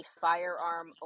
firearm